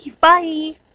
Bye